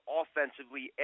offensively